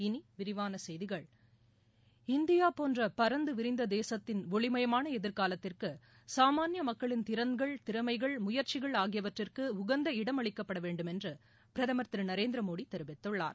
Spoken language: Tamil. இனி விரிவான செய்திகள் இந்தியா போன்ற பரந்து விரிந்த தேசத்தின் ஒளிமயமான எதிர்காலத்திற்கு சாமானிய மக்களின் திறன்கள் திறமைகள் முயற்சிகள் ஆகியவற்றுக்கு உகந்த இடமளிக்கப்பட வேண்டும் என்று பிரதமர் திரு நரேந்திர மோடி தெரிவித்துள்ளார்